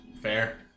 Fair